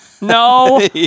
No